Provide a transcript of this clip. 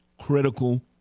critical